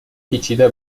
پیچیده